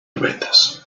rebeldes